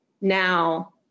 now